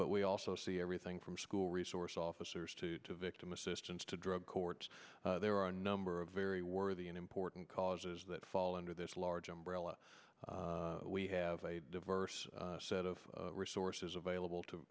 but we also see everything from school resource officers to victim assistance to drug court there are a number of very worthy and important causes that fall under this large umbrella we have a diverse set of resources available to